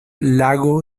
lago